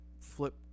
flip